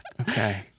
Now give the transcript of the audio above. Okay